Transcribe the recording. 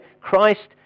Christ